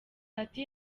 ati